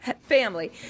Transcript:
family